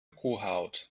kuhhaut